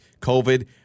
COVID